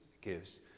gives